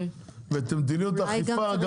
וגם מדיניות האכיפה,